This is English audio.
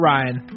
Ryan